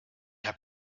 habe